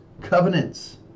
covenants